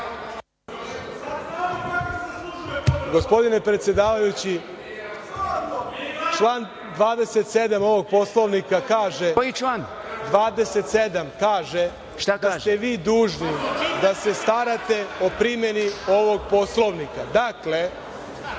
Gospodine predsedavajući, član 27. ovog Poslovnika kaže da ste vi dužni da se starate o primeni ovog Poslovnika. Dakle,